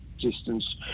distance